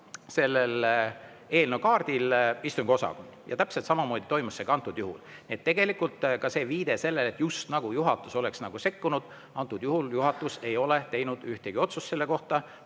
selle on eelnõu kaardil ära vormistanud istungiosakond. Ja täpselt samamoodi toimus see ka antud juhul. Nii et tegelikult viide sellele, just nagu juhatus oleks sekkunud – antud juhul juhatus ei ole teinud ühtegi otsust selle kohta,